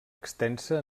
extensa